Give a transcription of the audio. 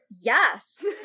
Yes